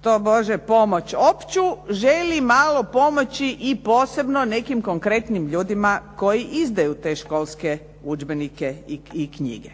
tobože pomoć opću želi malo pomoći i posebno nekim konkretnim ljudima koji izdaju te školske udžbenike i knjige.